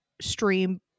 stream